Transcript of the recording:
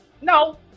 no